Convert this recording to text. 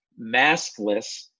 maskless